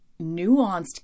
nuanced